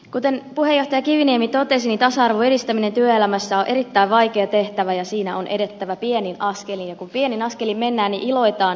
kuten puheenjohtaja kiviniemi totesi tasa arvon edistäminen työelämässä on erittäin vaikea tehtävä ja siinä on edettävä pienin askelin ja kun pienin askelin mennään niin iloitaan niistä